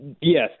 yes